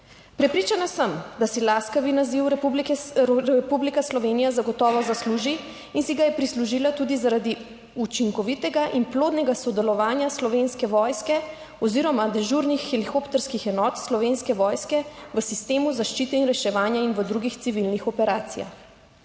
Prepričana sem, da si laskavi naziv Republika Slovenija zagotovo zasluži in si ga je prislužila tudi zaradi učinkovitega in plodnega sodelovanja Slovenske vojske oziroma dežurnih helikopterskih enot Slovenske vojske v sistemu zaščite in reševanja in v drugih civilnih operacijah.